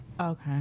Okay